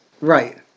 Right